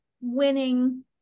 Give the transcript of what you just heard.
winning